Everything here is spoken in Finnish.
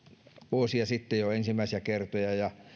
vuosia sitten ensimmäisiä kertoja ja